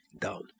down